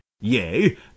Yea